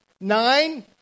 nine